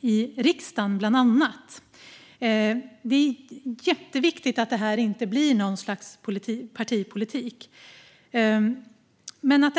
i riksdagen. Det är jätteviktigt att det inte blir partipolitik av det här.